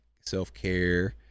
self-care